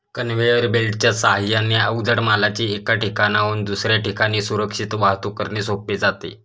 conveyor बेल्टच्या साहाय्याने अवजड मालाची एका ठिकाणाहून दुसऱ्या ठिकाणी सुरक्षित वाहतूक करणे सोपे जाते